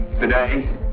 today